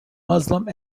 muslim